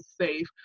safe